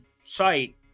site